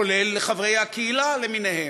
כולל חברי הקהילה, למיניהם,